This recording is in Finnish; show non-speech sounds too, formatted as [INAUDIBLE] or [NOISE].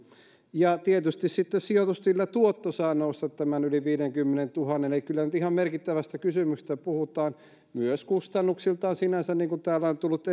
ja tietysti sitten sijoitustilillä tuotto saa nousta yli tämän viidenkymmenentuhannen eli kyllä nyt ihan merkittävästä kysymyksestä puhutaan myös kustannuksiltaan sinänsä niin kuin täällä on tullut [UNINTELLIGIBLE]